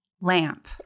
Lamp